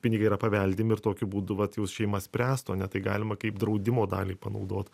pinigai yra paveldimi ir tokiu būdu vat jau šeima spręstų ane tai galima kaip draudimo dalį panaudot